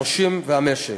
הנושים והמשק.